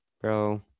bro